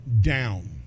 down